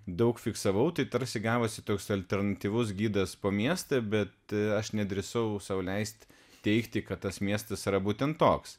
daug fiksavau tai tarsi gavosi toks alternatyvus gidas po miestą bet aš nedrįsau sau leist teigti kad tas miestas yra būtent toks